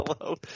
Hello